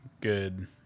good